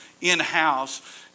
in-house